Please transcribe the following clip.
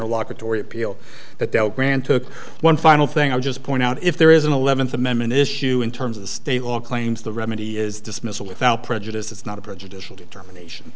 that del grande took one final thing i'll just point out if there is an eleventh amendment issue in terms of the state law claims the remedy is dismissal without prejudice is not a prejudice a determination